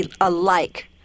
alike